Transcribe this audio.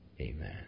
Amen